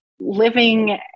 living